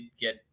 get